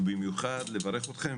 ובמיוחד לברך אתכם